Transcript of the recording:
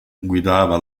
guidava